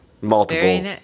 multiple